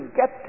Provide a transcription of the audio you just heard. get